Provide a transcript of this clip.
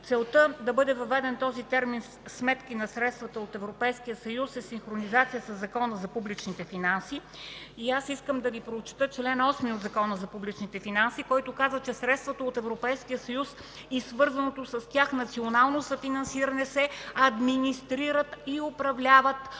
Целта да бъде въведен терминът „сметки на средствата от Европейския съюз“ е в синхронизация със Закона за публичните финанси. Искам да Ви прочета чл. 8 от Закона за публичните финанси, който казва: „Средствата от Европейския съюз и свързаното с тях национално съфинансиране се администрират и управляват